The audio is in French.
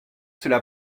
cela